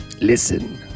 Listen